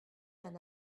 d’un